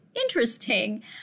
interesting